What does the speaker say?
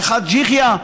לחאג' יחיא.